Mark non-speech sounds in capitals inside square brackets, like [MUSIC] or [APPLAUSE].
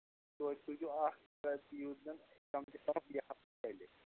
تویتہِ سوٗزِو اکھ [UNINTELLIGIBLE]